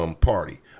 Party